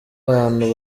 abantu